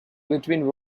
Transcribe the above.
between